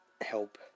help